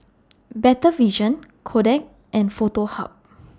Better Vision Kodak and Foto Hub